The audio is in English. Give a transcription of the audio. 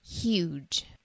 huge